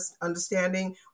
understanding